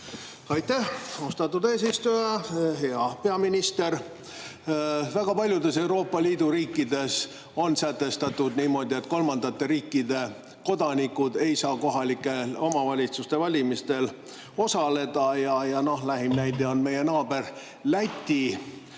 Aitäh, austatud eesistuja! Hea peaminister! Väga paljudes Euroopa Liidu riikides on sätestatud niimoodi, et kolmandate riikide kodanikud ei saa kohalike omavalitsuste valimistel osaleda – lähim näide on meie naaber Läti